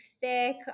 thick